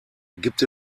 gibt